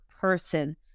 person